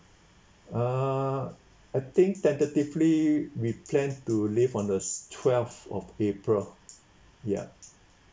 uh I think tentatively we plan to leave on the twelve of april ya